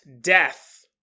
death